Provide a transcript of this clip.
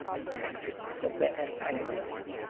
and tactics of their antagonists.